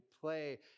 play